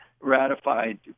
ratified